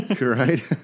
right